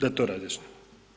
Da to razjasnimo.